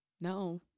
No